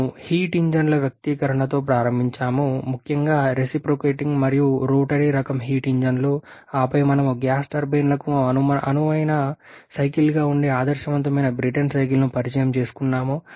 మేము హీట్ ఇంజిన్ల వర్గీకరణతో ప్రారంభించాము ముఖ్యంగా రెసిప్రొకేటింగ్ మరియు రోటరీ రకం హీట్ ఇంజిన్లు ఆపై మేము గ్యాస్ టర్బైన్లకు అనువైన సైకిల్గా ఉండే ఆదర్శవంతమైన బ్రేటన్ సైకిల్ను పరిచయం చేసాము